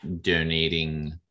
donating